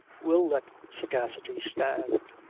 we'll let sagacity stand.